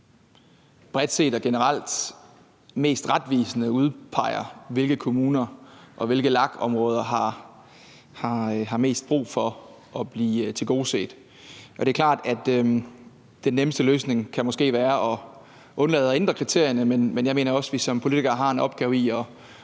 bredt set og generelt mest retvisende udpeger, hvilke kommuner og hvilke LAG-områder der har mest brug for at blive tilgodeset. Og det er klart, at den nemmeste løsning måske kan være at undlade at ændre kriterierne, men jeg mener også, at vi som politikere har en opgave i